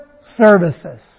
services